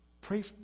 pray